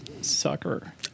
sucker